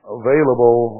available